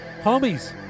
Homies